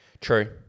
True